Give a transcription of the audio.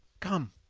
come!